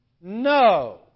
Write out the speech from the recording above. No